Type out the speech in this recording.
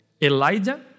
Elijah